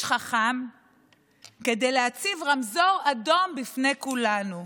חכם כדי להציב רמזור אדום בפני כולנו: